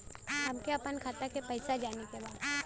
हमके आपन खाता के पैसा जाने के बा